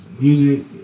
music